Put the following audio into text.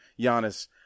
Giannis